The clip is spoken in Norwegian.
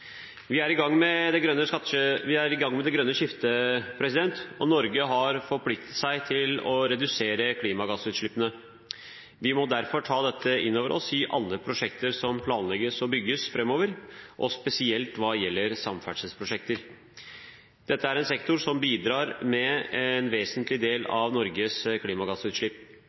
Vi er i gang med det grønne skiftet, og Norge har forpliktet seg til å redusere klimagassutslippene. Vi må derfor ta dette inn over oss i alle prosjekter som planlegges og bygges framover, og spesielt hva gjelder samferdselsprosjekter. Dette er en sektor som bidrar med en vesentlig del